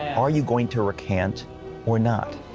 are you going to recant or not?